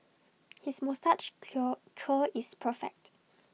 his moustache curl is perfect